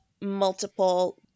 multiple